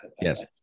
Yes